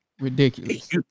ridiculous